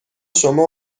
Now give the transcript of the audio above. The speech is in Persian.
شما